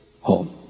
home